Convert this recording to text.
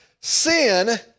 Sin